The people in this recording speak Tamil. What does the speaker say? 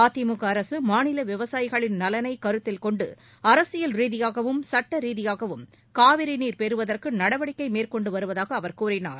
அதிமுக அரசு மாநில விவசாயிகளின் நலனை கருத்தில் கொண்டு அரசியல் ரீதியாகவும் சட்ட ரீதியாகவும் காவிரி நீர் பெறுவதற்கு நடவடிக்கை மேற்கொண்டு வருவதாக அவர் கூறினார்